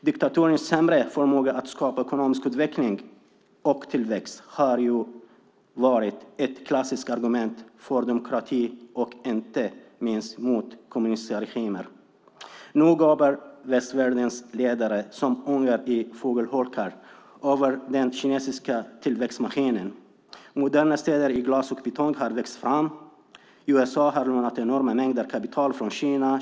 Diktaturers sämre förmåga att skapa ekonomisk utveckling och tillväxt har ju varit ett klassiskt argument för demokrati och inte minst mot kommunistiska regimer. Nu gapar västvärldens ledare som ungar i fågelholkar över den kinesiska tillväxtmaskinen. Moderna städer i glas och betong har växt fram. USA har lånat enorma mängder kapital från Kina.